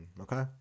Okay